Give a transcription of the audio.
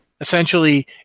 Essentially